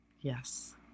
yes